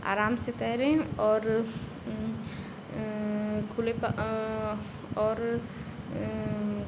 आराम से तैरें और खुले और और